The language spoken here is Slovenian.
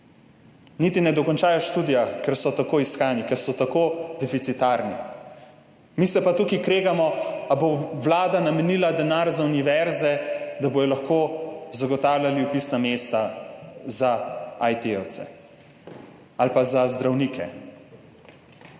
niti ne dokončajo študija, ker so tako iskani, ker so tako deficitarni. Mi se pa tukaj kregamo, ali bo vlada namenila denar za univerze, da bodo lahko zagotavljale vpisna mesta za IT-jevce ali pa za zdravnike.